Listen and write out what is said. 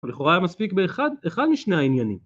לכאורה היה מספיק באחד, אחד משני העניינים